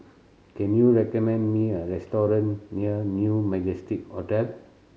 can you recommend me a restaurant near New Majestic Hotel